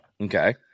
Okay